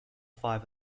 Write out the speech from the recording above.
five